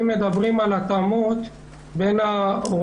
אם מדברים על התאמות בין ההוראה הראשונה